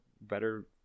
better